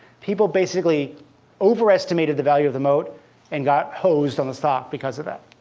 people basically overestimated the value of the moat and got hosed on the stock because of that.